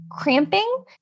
cramping